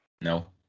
no